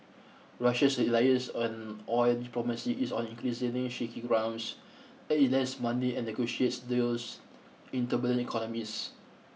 Russia's reliance on oil diplomacy is on increasingly shaky grounds as it lends money and negotiates deals in turbulent economies